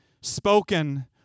spoken